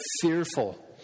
fearful